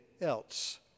else